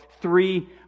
three